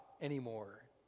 anymore